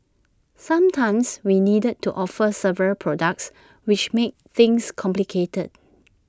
sometimes we needed to offer several products which made things complicated